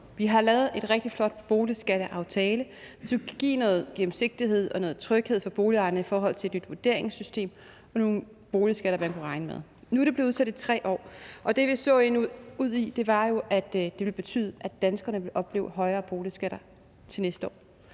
Vi har lavet en rigtig flot boligskatteaftale, som kan give noget gennemsigtighed og noget tryghed for boligejerne i forhold til et nyt vurderingssystem og nogle boligskatter, man kan regne med. Nu er det blevet udsat i 3 år, og det, vi jo så ville ende ud i, var, at det ville betyde, at danskerne ville opleve højere boligskatter til næste år,